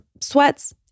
sweats